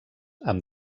amb